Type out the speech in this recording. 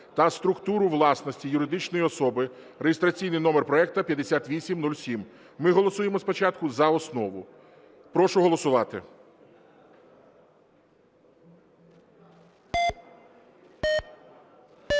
та структуру власності юридичної особи (реєстраційний номер проекту 5807). Ми голосуємо спочатку за основу. Прошу голосувати.